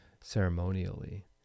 ceremonially